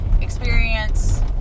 experience